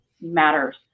matters